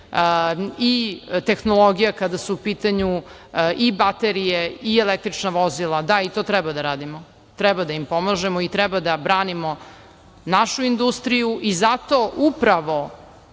i tehnologija, kada su u pitanju i baterije i električna vozila, da, i to treba da radimo, treba da im pomažemo i treba da branimo našu industriju. Zato upravo